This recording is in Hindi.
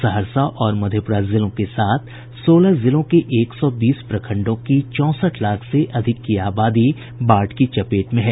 सहरसा और मधेपुरा जिलों के साथ सोलह जिलों के एक सौ बीस प्रखंडों की चौंसठ लाख से अधिक की आबादी बाढ़ की चपेट में है